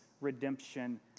redemption